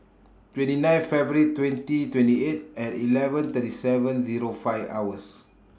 twenty nine February twenty twenty eight and eleven thirty seven Zero five hours